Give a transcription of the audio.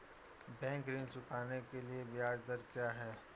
Bank ऋण चुकाने के लिए ब्याज दर क्या है?